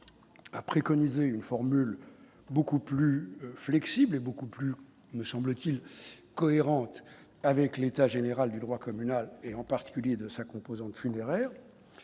à préconiser une formule beaucoup plus flexible et beaucoup plus, me semble-t-il, cohérente avec l'état général du droit communal et en particulier de sa composante funéraire